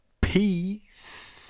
Peace